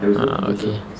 uh okay